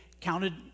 counted